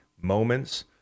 moments